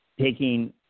taking